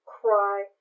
cry